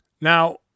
Now